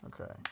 Okay